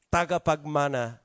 Tagapagmana